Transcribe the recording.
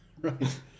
Right